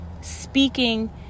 speaking